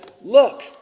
look